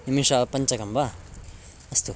निमिषपञ्चकं वा अस्तु